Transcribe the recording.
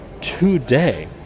today